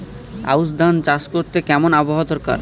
আউশ ধান চাষ করতে কেমন আবহাওয়া দরকার?